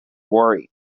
worry